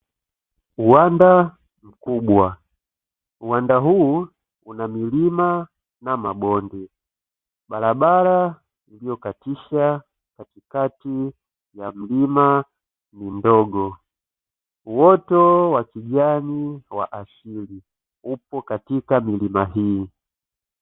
Uwanda mkubwa uwanda huu una milima na mabonde barabara iliyo katisha katikati ya mlima, ni ndogo uoto wa kijani wa asili upo katika milima hii.